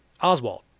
Oswald